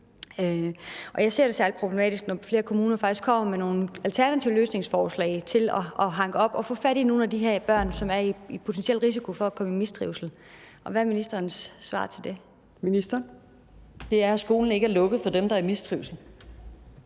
jeg ser det som problematisk, når flere kommuner faktisk kommer med nogle alternative løsningsforslag til at hanke op og få fat i nogle af de her børn, som er i potentiel risiko for at komme i mistrivsel. Hvad er ministerens svar til det? Kl. 15:08 Fjerde næstformand (Trine